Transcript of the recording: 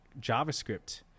JavaScript